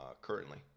currently